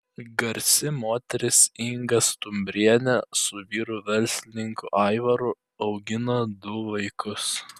garsi moteris inga stumbrienė su vyru verslininku aivaru augina du vaikus